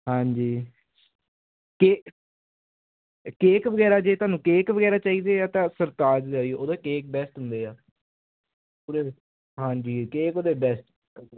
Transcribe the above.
ਹਾਂਜੀ ਕੇਕ ਵਗੈਰਾ ਜੇ ਤੁਹਾਨੂੰ ਕੇਕ ਵਗੈਰਾ ਚਾਹੀਦੇ ਆ ਤਾਂ ਸਰਤਾਜ ਉਹਦਾ ਕੇਕ ਬੈਸਟ ਹੁੰਦੇ ਆ ਪੂਰੇ ਹਾਂਜੀ ਕੇਕ ਉਹਦੇ ਬੈਸਟ